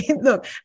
Look